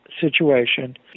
situation